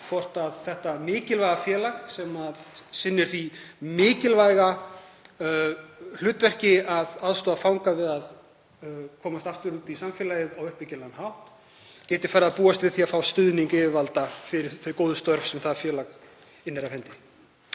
hvort þetta mikilvæga félag sem sinnir því brýna hlutverki að aðstoða fanga við að komast aftur út í samfélagið á uppbyggilegan hátt, geti farið að búast við því að fá stuðning yfirvalda fyrir þau góðu störf sem félagið innir af hendi.